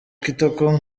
kitoko